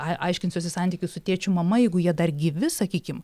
ai aiškinsiuosi santykius su tėčiu mama jeigu jie dar gyvi sakykim